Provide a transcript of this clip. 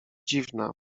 dziwna